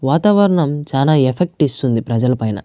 వాతావరణం చాలా ఎఫెక్ట్ ఇస్తుంది ప్రజలపైన